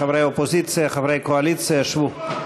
חברי אופוזיציה, חברי קואליציה, שבו.